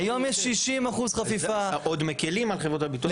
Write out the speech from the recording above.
אנחנו עוד מקלים על חברות הביטוח.